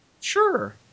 Sure